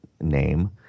name